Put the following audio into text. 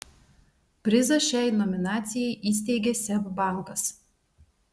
prizą šiai nominacijai įsteigė seb bankas